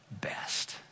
best